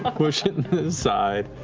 ah push it aside.